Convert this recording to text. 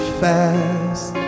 fast